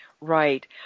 Right